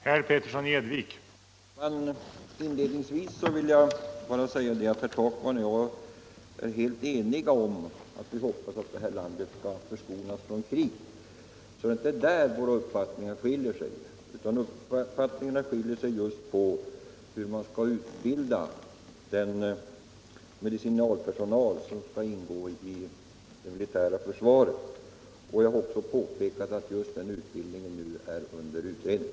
Herr talman! Jag vill bara säga att herr Takman och jag är helt eniga i förhoppningen att vårt land skall förskonas från krig. Det är alltså inte där våra meningar skiljer sig, utan de skiljer sig i fråga om hur man bör utbilda den medicinalpersonal som skall ingå i det militära försvaret. Jag har påpekat att krigssjukvården nu är under utredning.